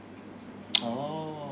orh